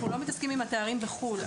אנחנו לא מתעסקים עם התארים בחו"ל.